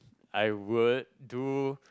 I would do